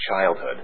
childhood